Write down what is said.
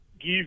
give